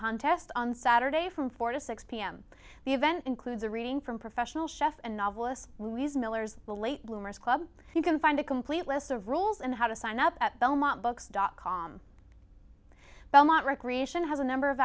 contest on saturday from four to six pm the event includes a reading from professional chef and novelist louise miller's the late bloomers club you can find a complete list of rules and how to sign up at belmont books dot com belmont recreation has a number of